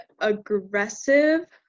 aggressive